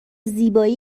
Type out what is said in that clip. زیبایی